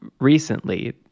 recently